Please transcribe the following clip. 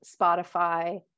Spotify